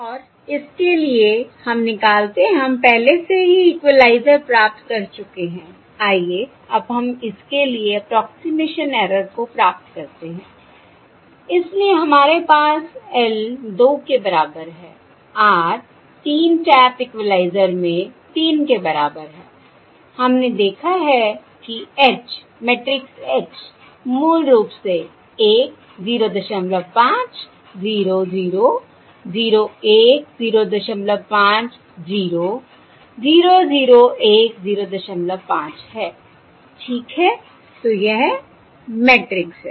और इसके लिए अब हम निकालते हैं हम पहले से ही इक्वलाइज़र प्राप्त कर चुके हैं आइए अब हम इसके लिए अप्रोक्सिमेशन ऐरर को प्राप्त करते हैं इसलिए हमारे पास L 2 के बराबर है R 3 टैप इक्वलाइज़र में 3 के बराबर है हमने देखा है कि H मैट्रिक्स H मूल रूप से 1 05 0 0 0 1 05 0 0 01 05 है ठीक है तो यह मैट्रिक्स है